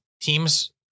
teams